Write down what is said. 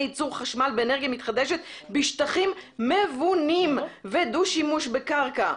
ייצור חשמל באנרגיה מתחדשת בשטחים מבונים ודו-שימוש בקרקע".